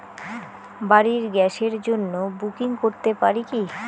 বাড়ির গ্যাসের জন্য বুকিং করতে পারি কি?